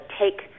Take